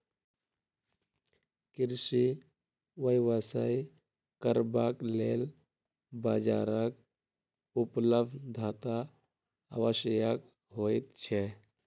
कृषि व्यवसाय करबाक लेल बाजारक उपलब्धता आवश्यक होइत छै